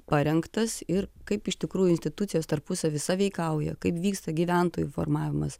parengtas ir kaip iš tikrųjų institucijos tarpusavy sąveikauja kaip vyksta gyventojų informavimas